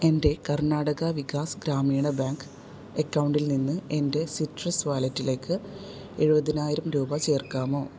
എൻ്റെ കർണാടക വികാസ് ഗ്രാമീണ ബാങ്ക് എക്കൗണ്ടിൽ നിന്ന് എൻ്റെ സിട്രസ് വാലറ്റിലേക്ക് എഴുപതിനായിരം രൂപ ചേർക്കാമോ